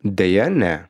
deja ne